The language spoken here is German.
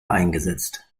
eingesetzt